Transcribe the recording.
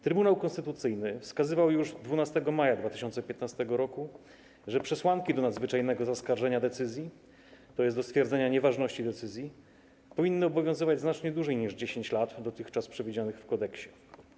Trybunał Konstytucyjny wskazywał już 12 maja 2015 r., że przesłanki do nadzwyczajnego zaskarżenia decyzji, tj. do stwierdzenia nieważności decyzji, powinny obowiązywać znacznie dłużej niż 10 lat dotychczas przewidzianych w kodeksie.